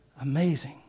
amazing